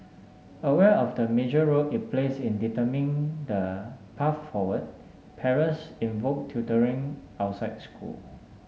aware of the major role it plays in determining the path forward parents invoke tutoring outside school